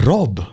Rob